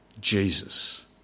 Jesus